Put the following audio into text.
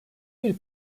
bir